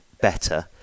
better